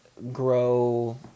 grow